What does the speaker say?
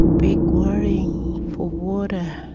big worrying for water.